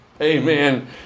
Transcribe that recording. Amen